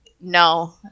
No